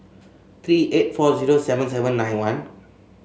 three eight four zero seven seven nine one